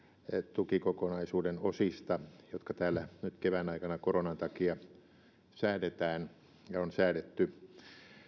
tukikokonaisuuden osista jotka täällä nyt kevään aikana koronan takia säädetään ja on säädetty